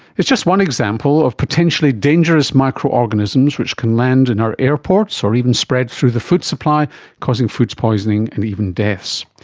it's just one example of potentially dangerous microorganisms which can land in our airports or even spread through the food supply causing food poisoning and even deaths.